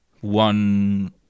one